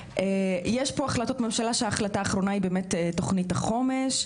יש פה החלטות ממשלה שההחלטה האחרונה היא באמת תוכנית החומש.